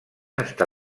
està